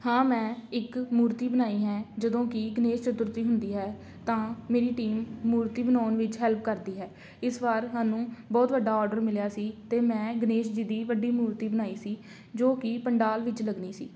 ਹਾਂ ਮੈਂ ਇੱਕ ਮੂਰਤੀ ਬਣਾਈ ਹੈ ਜਦੋਂ ਕਿ ਗਨੇਸ਼ ਚਤੁਰਥੀ ਹੁੰਦੀ ਹੈ ਤਾਂ ਮੇਰੀ ਟੀਮ ਮੂਰਤੀ ਬਣਾਉਣ ਵਿੱਚ ਹੈਲਪ ਕਰਦੀ ਹੈ ਇਸ ਵਾਰ ਸਾਨੂੰ ਬਹੁਤ ਵੱਡਾ ਔਡਰ ਮਿਲਿਆ ਸੀ ਅਤੇ ਮੈਂ ਗਣੇਸ਼ ਜੀ ਦੀ ਵੱਡੀ ਮੂਰਤੀ ਬਣਾਈ ਸੀ ਜੋ ਕਿ ਪੰਡਾਲ ਵਿੱਚ ਲੱਗਣੀ ਸੀ